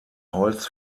holz